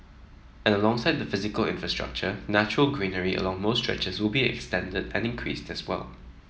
and alongside the physical infrastructure natural greenery along most stretches will be extended and increased as well